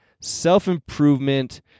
self-improvement